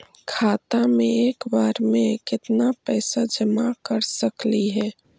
खाता मे एक बार मे केत्ना पैसा जमा कर सकली हे?